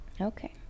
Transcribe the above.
Okay